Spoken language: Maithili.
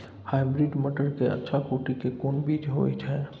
हाइब्रिड मटर के अच्छा कोटि के कोन बीज होय छै?